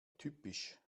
typisch